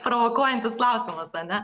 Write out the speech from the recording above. provokuojantis klausimas ane